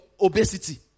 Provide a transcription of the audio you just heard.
obesity